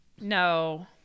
no